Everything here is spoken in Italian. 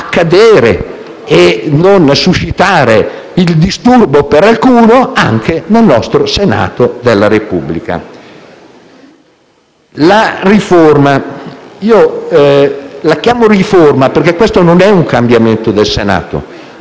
senza suscitare disturbo per alcuno, anche nel nostro Senato della Repubblica. La riforma. La chiamo riforma perché questo non è un cambiamento del Senato;